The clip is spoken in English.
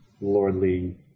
lordly